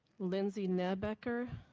lindsay nebeker,